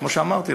כמו שאמרתי,